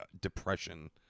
depression